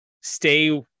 stay